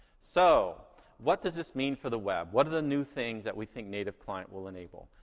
so what does this mean for the web? what are the new things that we think native client will enable?